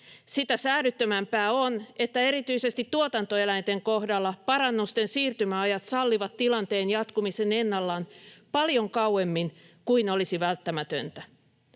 Sitä säädyttömämpää on, että erityisesti tuotantoeläinten kohdalla parannusten siirtymäajat sallivat tilanteen jatkumisen ennallaan paljon kauemmin kuin olisi välttämätöntä.